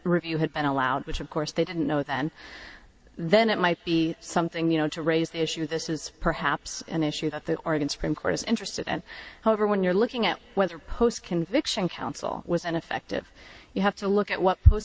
review had been allowed which of course they didn't know then then it might be something you know to raise the issue this is perhaps an issue that they are in supreme court is interested in however when you're looking at whether post conviction counsel was ineffective you have to look at what